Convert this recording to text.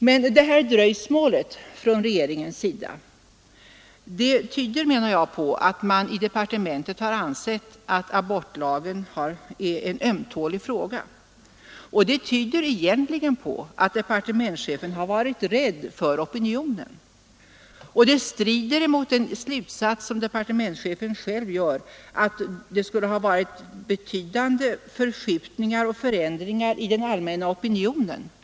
Men detta dröjsmål från regeringens sida tyder på att man i departementet har ansett att abortlagen är en ömtålig fråga, och det tyder egentligen på att departementschefen har varit rädd för opinionen. Dröjsmålet strider också mot en slutsats som departementschefen själv drar, nämligen att det skulle ha förekommit betydande förskjutningar och förändringar i den allmänna opinionen.